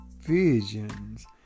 visions